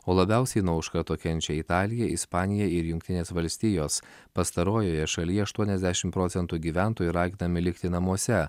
o labiausiai nuo užkrato kenčia italija ispanija ir jungtinės valstijos pastarojoje šalyje aštuoniasdešimt procentų gyventojų raginami likti namuose